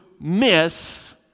miss